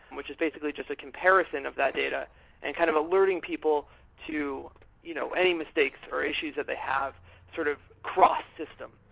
which his basically just a comparison of that data and kind of alerting people to you know any mistakes or issues that they have sort of cross system.